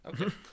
Okay